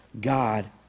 God